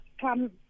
come